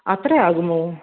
അത്രേ ആകുമോ